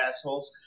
assholes